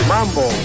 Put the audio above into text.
Mambo